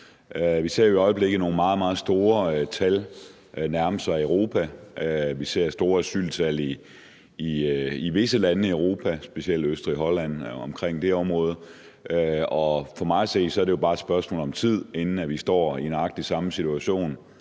Vi ser i øjeblikket et meget, meget stort antal nærme sig Europa, vi ser store asyltal i visse af lande i Europa, specielt i området omkring Østrig og Holland, og for mig at se er det jo bare et spørgsmål om tid, inden vi står i nøjagtig samme situation